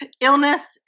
Illness